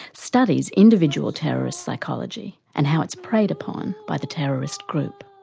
studies individual terrorist psychology and how it's preyed upon by the terrorist group.